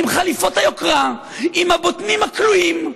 עם חליפות היוקרה, עם הבוטנים הקלויים,